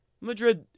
Madrid